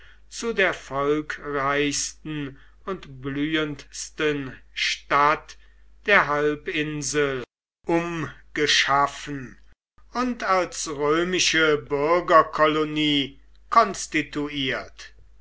zu der volkreichsten und blühendsten stadt der halbinsel umgeschaffen und als römische bürgerkolonie konstituiert